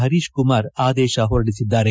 ಪರೀಶ್ಕುಮಾರ್ ಆದೇಶ ಹೊರಡಿಸಿದ್ದಾರೆ